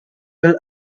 will